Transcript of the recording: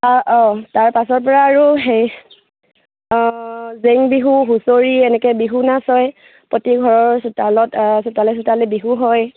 অঁ অঁ তাৰ পাছৰ পৰা আৰু সেই জেং বিহু হুঁচৰি এনেকৈ বিহু নাচ হয় প্ৰতি ঘৰৰ চোতালত চোতালে চোতালে বিহু হয়